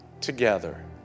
together